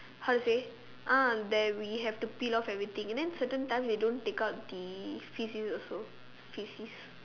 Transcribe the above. how to say ah that we have to peel of everything and then certain time they don't take out the faeces also faeces